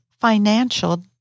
financial